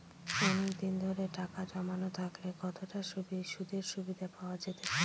অনেকদিন ধরে টাকা জমানো থাকলে কতটা সুদের সুবিধে পাওয়া যেতে পারে?